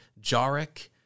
Jarek